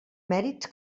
mèrits